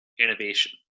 innovation